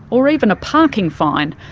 or even a parking fine,